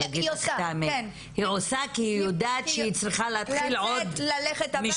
היא עושה כי היא יודעת שהיא צריכה להתחיל עוד משמרת.